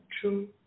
true